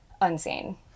unseen